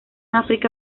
áfrica